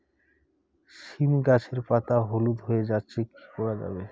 সীম গাছের পাতা হলুদ হয়ে যাচ্ছে কি করা যাবে?